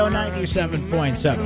97.7